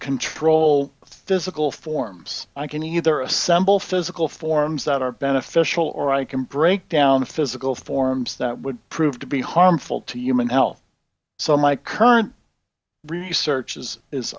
control physical forms i can either assemble physical forms that are beneficial or i can break down the physical forms that would prove to be harmful to human health so my current research is is